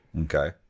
Okay